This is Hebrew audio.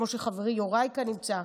כמו שחברי יוראי כאן נמצא.